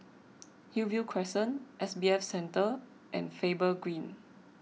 Hillview Crescent S B F Center and Faber Green